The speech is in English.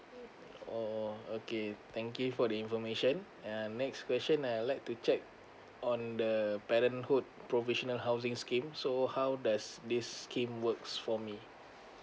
oh okay thank you for the information and next question I like to check on the parenthood provisional housings scheme so how does this scheme works for me